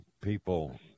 people